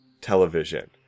television